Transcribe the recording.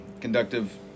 conductive